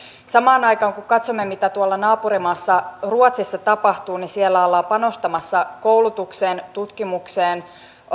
kun kun katsomme mitä samaan aikaan tuolla naapurimaassa ruotsissa tapahtuu siellä ollaan panostamassa koulutukseen tutkimukseen